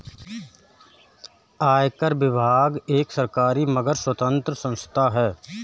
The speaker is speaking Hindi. आयकर विभाग एक सरकारी मगर स्वतंत्र संस्था है